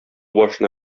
башына